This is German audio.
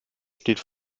steht